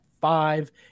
five